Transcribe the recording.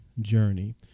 journey